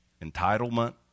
entitlement